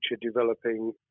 developing